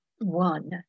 one